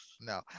no